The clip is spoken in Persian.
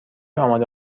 آماده